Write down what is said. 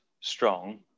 strong